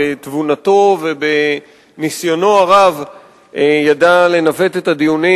בתבונתו ובניסיונו הרב ידע לנווט את הדיונים,